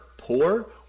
Poor